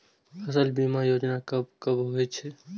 फसल बीमा योजना कब कब होय छै?